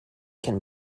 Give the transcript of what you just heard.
can